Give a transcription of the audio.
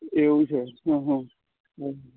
એવું છે હં હં